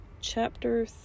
Chapter